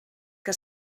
que